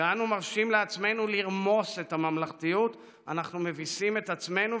כשאנו מרשים לעצמנו לרמוס את הממלכתיות אנחנו מביסים את עצמנו.